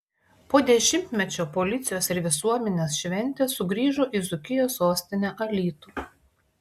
po dešimtmečio policijos ir visuomenės šventė sugrįžo į dzūkijos sostinę alytų